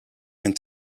and